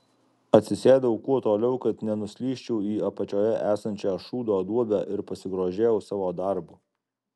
atsisėdau kuo toliau kad nenuslysčiau į apačioje esančią šūdo duobę ir pasigrožėjau savo darbu